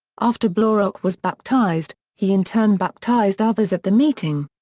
after blaurock was baptized, he in turn baptized others at the meeting.